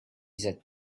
that